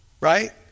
right